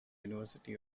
university